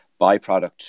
byproduct